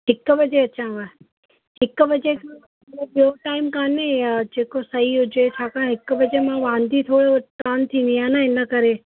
हिकु वजे अचांव हिकु वजे खां कोई ॿियों टाइम कोन्हे जेको सही हुजे छाकाणि हिकु वजे मां वांदी थो कोन थींदी आहे न हिन करे